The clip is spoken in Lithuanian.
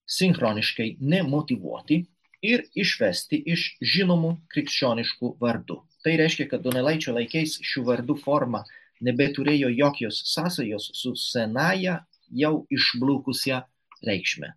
sinchroniškai nemotyvuoti ir išvesti iš žinomų krikščioniškų vardų tai reiškia kad donelaičio laikais šių vardų forma nebeturėjo jokios sąsajos su senąja jau išblukusia reikšme